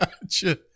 Gotcha